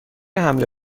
حمل